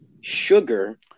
sugar